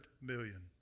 million